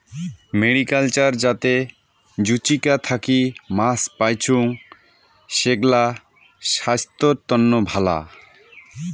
mariculture যাতে জুচিকা থাকি মাছ পাইচুঙ, সেগ্লা ছাইস্থ্যর তন্ন ভালা